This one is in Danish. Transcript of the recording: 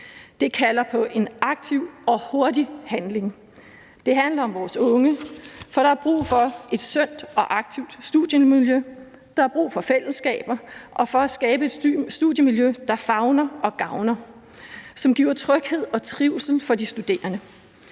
Det kalder på en aktiv og hurtig handling. Det handler om vores unge, for der er brug for et sundt og aktivt studiemiljø. Der er brug for fællesskaber og for at skabe et studiemiljø, der favner og gavner, og som giver tryghed og trivsel for de studerende.